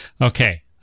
Okay